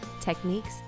techniques